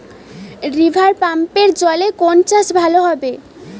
রিভারপাম্পের জলে কোন চাষ ভালো হবে?